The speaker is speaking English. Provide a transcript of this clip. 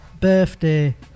birthday